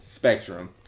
Spectrum